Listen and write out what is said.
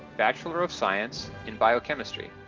bachelor of science in biochemistry.